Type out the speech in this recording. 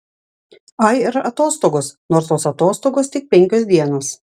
ai ir atostogos nors tos atostogos tik penkios dienos